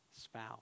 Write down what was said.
spouse